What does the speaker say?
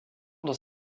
dans